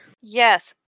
Yes